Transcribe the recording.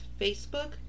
Facebook